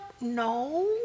no